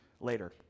later